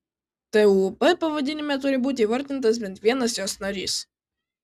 tūb pavadinime turi būti įvardintas bent vienas jos narys